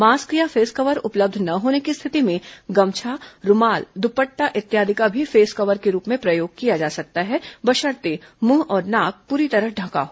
mask या face cover उपलब्ध न होने की स्थिति में गमछा रूमाल दपटटा इत्यादि का भी फेस कवर के रूप में प्रयोग किया जा सकता है बशर्ते मुंह और नाक पूरी तरह ढका हो